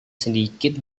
sedikit